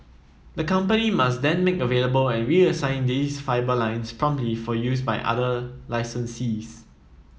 the company must then make available and reassign these fibre lines promptly for use by other licensees